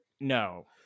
No